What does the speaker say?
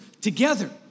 together